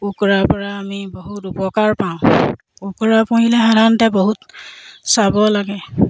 কুকুৰাপৰা আমি বহুত উপকাৰ পাওঁ কুকুৰা পুহিলে সাধাৰণতে বহুত চাব লাগে